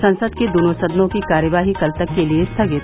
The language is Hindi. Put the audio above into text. संसद के दोनों सदनों की कार्यवाही कल तक के लिए स्थगित